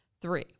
Three